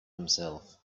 himself